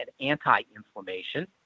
anti-inflammation